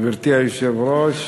גברתי היושבת-ראש,